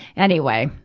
anyway.